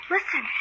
Listen